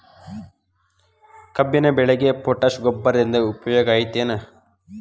ಕಬ್ಬಿನ ಬೆಳೆಗೆ ಪೋಟ್ಯಾಶ ಗೊಬ್ಬರದಿಂದ ಉಪಯೋಗ ಐತಿ ಏನ್?